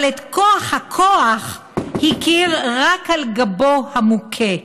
אבל את כוח הכוח הכיר רק על גבו המוכה.